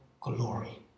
glory